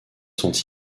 sont